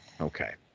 Okay